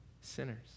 sinners